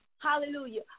hallelujah